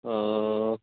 اوہ